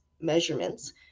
measurements